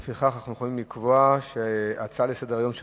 לפיכך אנחנו יכולים לקבוע שההצעה לסדר-היום של